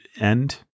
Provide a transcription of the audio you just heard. end